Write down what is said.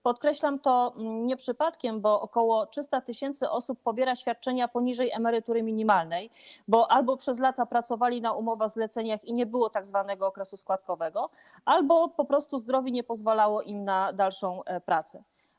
Podkreślam to nie przypadkiem, bo ok. 300 tys. osób pobiera świadczenia poniżej emerytury minimalnej, gdyż albo przez lata pracowały na umowach zlecenia i nie było tzw. okresu składkowego, albo po prostu zdrowie nie pozwalało im na dalszą pracę.